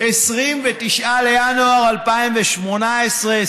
29 בינואר 2018,